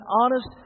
honest